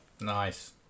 nice